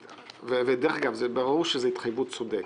דרך אגב, ברור שזו התחייבות צודקת.